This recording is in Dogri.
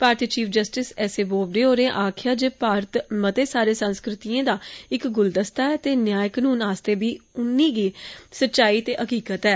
भारतीय chief justice S A Bobde होरें आकखेआ जे भारत मते सारे सांस्कृतिक दा इक गुलदस्ता ऐ ते नयाय कनून आस्तै बी उनी गे सच्चाई हकीकत ऐ